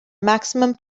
maximum